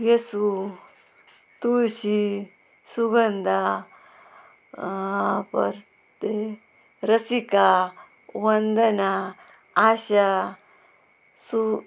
येसू तुळशी सुगंधा परते रसिका वंदना आशा सु